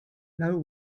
know